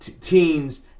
teens